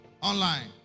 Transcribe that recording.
online